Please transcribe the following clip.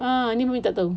ah ni mummy tak tahu